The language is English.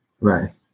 Right